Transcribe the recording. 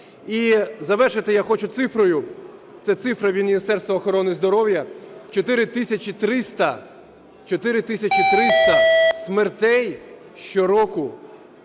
І завершити я хочу цифрою, це цифра від Міністерства охорони здоров'я. 4 тисячі 300 смертей щороку